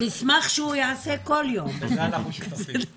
את חוק השוויון, הכתם הזה לא יהיה על הכנסת הזאת.